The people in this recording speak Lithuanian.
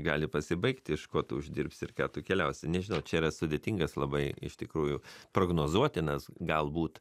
gali pasibaigti iš ko tu uždirbsi ir ką tu keliausi nežinau čia yra sudėtingas labai iš tikrųjų prognozuotinas galbūt